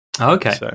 Okay